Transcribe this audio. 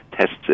tests